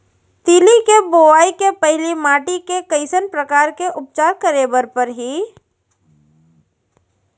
तिलि के बोआई के पहिली माटी के कइसन प्रकार के उपचार करे बर परही?